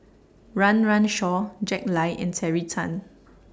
Run Run Shaw Jack Lai and Terry Tan